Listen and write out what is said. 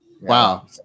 Wow